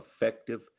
effective